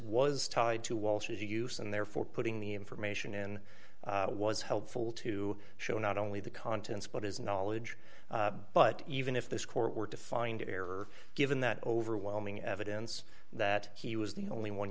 was tied to walsh's use and therefore putting the information in was helpful to show not only the contents but his knowledge but even if this court were to find error given that overwhelming evidence that he was the only one